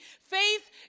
Faith